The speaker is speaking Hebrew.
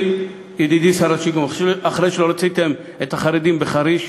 ידידי שר השיכון, אחרי שלא רציתם את החרדים בחריש,